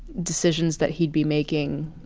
decisions that he'd be making.